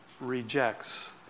rejects